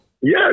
Yes